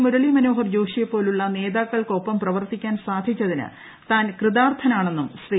മുരളി മനോഹർ ജോഷിയെ പോലുള്ള നേതാക്കൾക്കൊപ്പം പ്രവർത്തിക്കാൻ സാധിച്ചതിന് താൻ കൃതാർത്ഥനാണെന്നും ശ്രീ